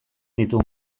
ditu